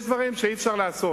יש דברים שאי-אפשר לעשות.